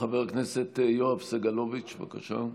חבר הכנסת יואב סגלוביץ', בבקשה.